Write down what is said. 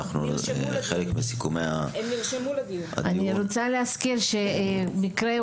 חלק מסיכום הדיון --- אני רוצה להזכיר שמספר מקרי